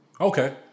Okay